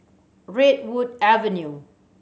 Redwood Avenue